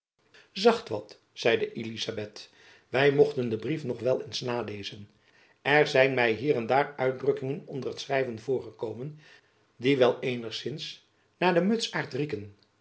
zacht wat zeide elizabeth wy mochten den brief nog wel eens nalezen er zijn my hier en daar uitdrukkingen onder t schrijven voorgekomen die wel eenigzins naar den mutsaart